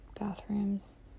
bathrooms